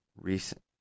Recent